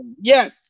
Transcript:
Yes